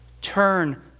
Turn